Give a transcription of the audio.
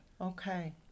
Okay